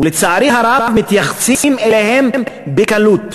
ולצערי הרב מתייחסים אליהם בקלות.